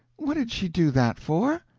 what did she do that for?